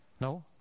No